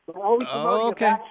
Okay